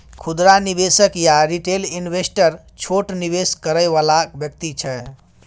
खुदरा निवेशक या रिटेल इन्वेस्टर छोट निवेश करइ वाला व्यक्ति छै